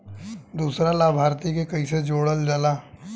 दूसरा लाभार्थी के कैसे जोड़ल जाला?